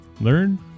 learn